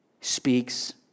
speaks